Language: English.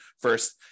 first